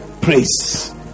praise